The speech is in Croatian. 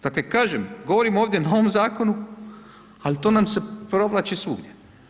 Dakle, kažem, govorim ovdje, na ovom zakonu, ali to nam se provlači svugdje.